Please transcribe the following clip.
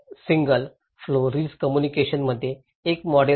तर single flow risk कम्युनिकेशन्सचे एक मॉडेल आहे